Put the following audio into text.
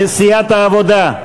סיעת העבודה?